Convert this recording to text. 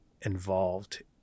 involved